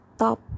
top